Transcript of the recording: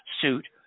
suit